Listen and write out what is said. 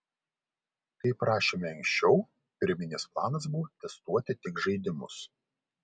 kaip rašėme anksčiau pirminis planas buvo testuoti tik žaidimus